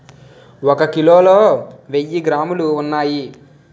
ఒక కిలోలో వెయ్యి గ్రాములు ఉన్నాయి